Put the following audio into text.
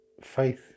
faith